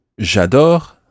J'adore